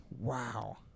wow